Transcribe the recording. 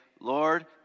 Lord